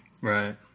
Right